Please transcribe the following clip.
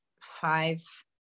five